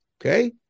okay